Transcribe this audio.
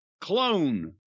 Clone